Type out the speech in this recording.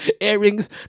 earrings